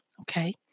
Okay